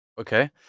Okay